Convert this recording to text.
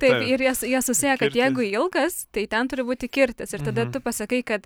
taip ir jie jie susieja kad jeigu ilgas tai ten turi būti kirtis ir tada tu pasakai kad